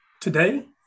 Today